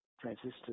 transistors